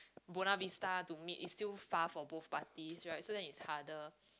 Buona-Vista to meet it's still far for both parties right so then it's harder